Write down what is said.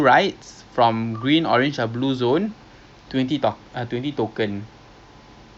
ya lah we can oh got mega adventure park um